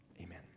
amen